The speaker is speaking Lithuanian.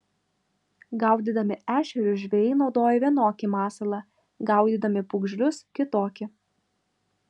gaudydami ešerius žvejai naudoja vienokį masalą gaudydami pūgžlius kitokį